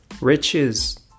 Riches